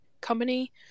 company